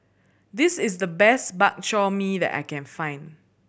this is the best Bak Chor Mee that I can find